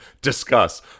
discuss